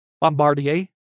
Bombardier